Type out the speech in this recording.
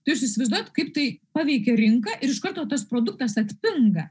tai jūs įsivaizduojat kaip tai paveikia rinką ir iš karto tas produktas atpinga